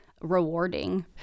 rewarding